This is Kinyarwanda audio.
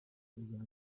ubwa